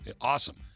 awesome